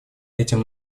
этим